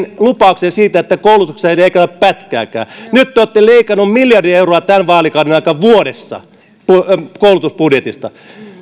lupauksen siitä että koulutuksesta ei leikata pätkääkään nyt te olette leikanneet miljardi euroa vuodessa tämän vaalikauden aikana koulutusbudjetista